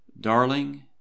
Darling